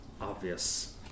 obvious